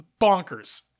bonkers